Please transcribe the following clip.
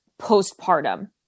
postpartum